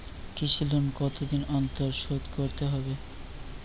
কৃষি লোন কতদিন অন্তর শোধ করতে হবে?